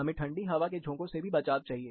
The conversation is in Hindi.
हमें ठंडी हवा के झोंकों से भी बचाव चाहिए